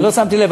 אז לא שמתי לב,